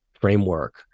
framework